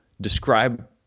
describe